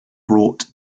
brought